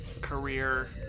career